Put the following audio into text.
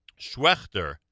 Schwechter